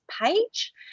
page